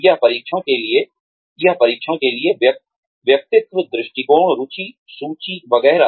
यह परीक्षण के लिए व्यक्तित्व दृष्टिकोण रुचि सूची वगैरह